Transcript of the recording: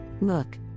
Look